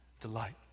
delight